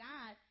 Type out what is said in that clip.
God